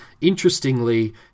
interestingly